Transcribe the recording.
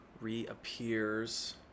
Reappears